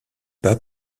pas